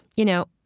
you know,